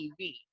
TV